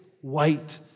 white